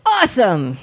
awesome